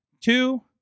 Two